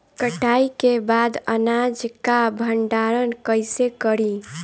कटाई के बाद अनाज का भंडारण कईसे करीं?